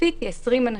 ספציפית היא 20 אנשים.